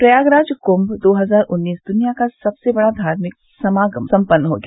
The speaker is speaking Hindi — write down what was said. प्रयागराज कुंभ दो हजार उन्नीस दुनिया का सबसे बड़ा धार्मिक समागम संपन्न हो गया